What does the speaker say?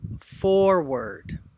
forward